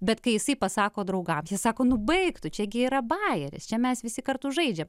bet kai jisai pasako draugams jie sako nu baik tu čia gi yra baikeris čia mes visi kartu žaidžiam